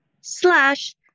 slash